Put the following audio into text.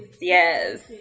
yes